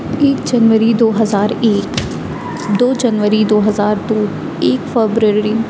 ایک جنوری دو ہزار ایک دو جنوری دو ہزار دو ایک فبروری